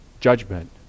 judgment